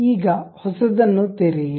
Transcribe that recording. ಈಗ ಹೊಸದನ್ನು ತೆರೆಯಿರಿ